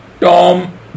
Tom